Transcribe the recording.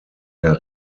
der